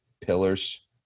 pillars